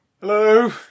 Hello